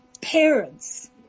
parents